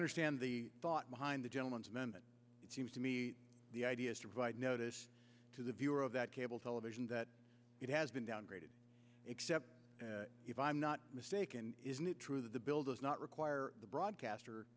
understand the thought behind the gentleman's member it seems to me the idea is to provide notice to the viewer of that cable television that it has been downgraded except if i'm not mistaken isn't it true that the bill does not require the broadcaster